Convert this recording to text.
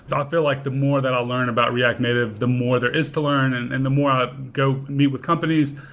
feel like the more that i'll learn about react native, the more there is to learn and and the more i go meet with companies.